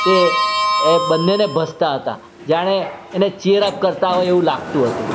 તે એ બંનેને ભસતા હતા જાણે એને ચીયર અપ કરતાં હોય એવું લાગતું હતું